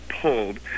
pulled